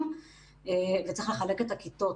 אני פותח את הדיון.